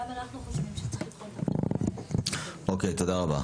גם אנחנו חושבים שצריך לבחון את ה --- תודה רבה.